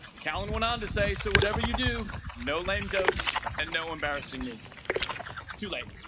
kalyn went on to say so whatever you do no lame jokes and no embarrassing me too late